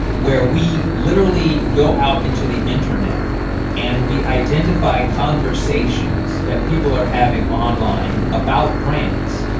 where we literally go out into the internet and we identify conversations that people are having online about brands.